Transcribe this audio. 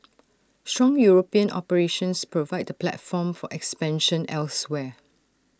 strong european operations provide the platform for expansion elsewhere